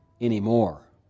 anymore